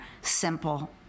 simple